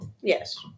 Yes